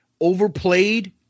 overplayed